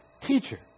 Teacher